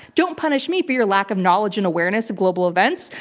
don't punish me for your lack of knowledge and awareness of global events.